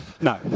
No